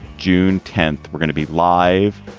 june tenth. we're going to be live.